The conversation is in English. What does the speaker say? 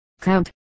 Count